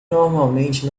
normalmente